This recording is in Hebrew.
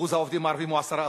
אחוז העובדים הערבים הוא 10%,